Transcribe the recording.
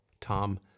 Tom